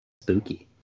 Spooky